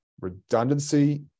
Redundancy